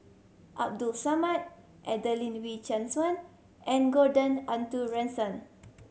Abdul Samad Adelene Wee Chin Suan and Gordon Arthur Ransome